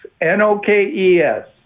N-O-K-E-S